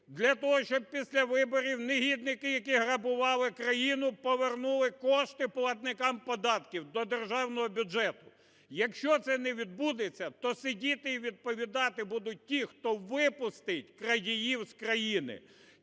для того, щоб після виборів негідники, які грабували країну, повернули кошти платникам податків, до державного бюджету. Якщо це не відбудеться, то сидіти і відповідати будуть ті, хто випустить крадіїв з країни,